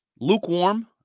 Lukewarm